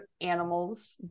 animals